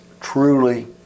truly